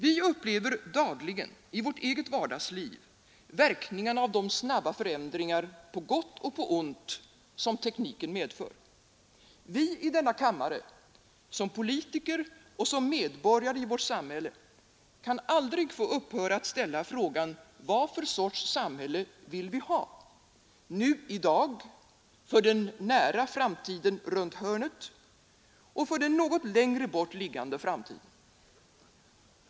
Vi upplever dagligen i vårt eget vardagsliv verkningarna av de snabba förändringar, på gott och på ont, som tekniken medför. Vi i denna kammare, som politiker och medborgare i vårt samhälle, kan aldrig få upphöra att ställa frågan: Vad för slags samhälle vill vi ha, nu i dag, för den nära framtiden runt hörnet och för den något längre bort liggande framtiden?